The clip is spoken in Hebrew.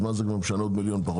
אז מה זה משנה עוד מיליון פחות